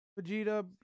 Vegeta